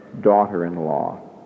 daughter-in-law